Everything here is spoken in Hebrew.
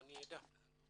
אני יודע.